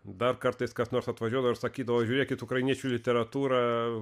dar kartais kas nors atvažiuodavo ir sakydavo žiūrėkit ukrainiečių literatūra